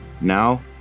Now